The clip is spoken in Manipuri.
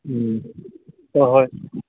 ꯎꯝ ꯍꯣꯏ ꯍꯣꯏ